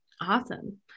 Awesome